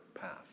path